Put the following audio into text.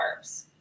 carbs